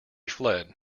fled